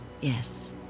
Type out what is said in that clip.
yes